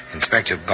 Inspector